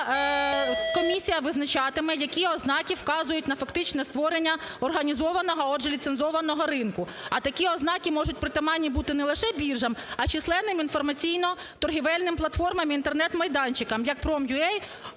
комісія визначатиме, які ознаки вказують на фактичне створення організованого, а отже ліцензованого ринку. А такі ознаки можуть притаманні бути не лише біржам, а численним інформаційно-торгівельним платформам і Інтернет-майданчикам, як Prom.ua,